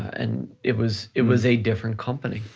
and it was it was a different company